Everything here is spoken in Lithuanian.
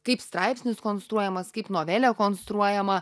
kaip straipsnis konstruojamas kaip novelė konstruojama